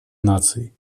наций